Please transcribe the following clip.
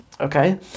okay